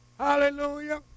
Hallelujah